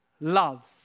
love